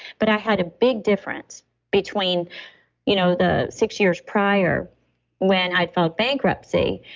but i had a big difference between you know the six years prior when i'd filled bankruptcy,